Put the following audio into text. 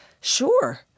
Sure